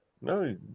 No